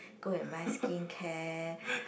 go and buy skincare